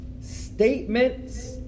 Statements